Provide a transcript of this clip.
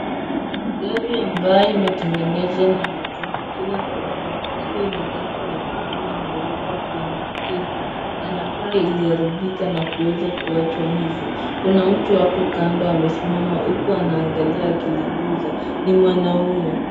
Gari ambayo imetengenezwa na chuma kila pahali iko na rangi nyekundu na nyeusi kwenye kiketi, yanakaa iliharibika na kuweza kuachwa hivo. Kuna mtu hapo kando amesimama huku anaangalia akiliguza, ni mwanaume.